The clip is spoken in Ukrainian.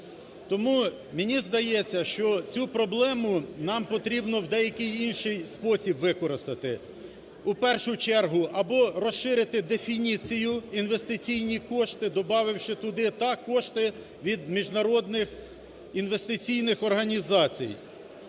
Тому мені здається, що цю проблему нам потрібно в деякій інший спосіб використати. У першу чергу або розширити дефініцію, інвестиційні кошти, добавивши туди так кошти від міжнародних інвестиційних організацій,